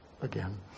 again